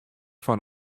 fan